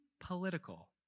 political